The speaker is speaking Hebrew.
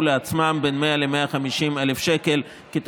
לעצמם בין 100,000 ל-150,000 שקל לא רק